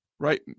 Right